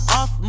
off